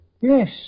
Yes